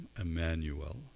Emmanuel